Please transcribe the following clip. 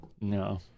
No